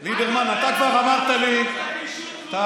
ליברמן, אתה כבר אמרת לי שאני,